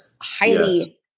highly